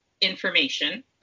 information